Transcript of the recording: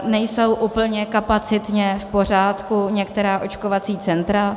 Nejsou úplně kapacitně v pořádku některá očkovací centra.